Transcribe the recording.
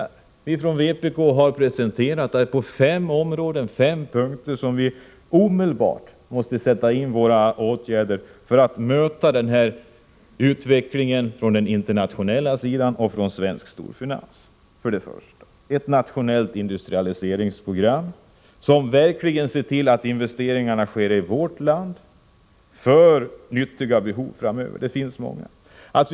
Vi har från vpk:s sida presenterat ett förslag i fem punkter med åtgärder som omedelbart måste sättas in för att möta utvecklingen från den internationella sidan och från den svenska storfinansen. 1. Vi behöver ett nationellt industrialiseringsprogram, där man verkligen ser till att investeringarna sker i vårt land, för nyttiga behov framöver — det finns många. 2.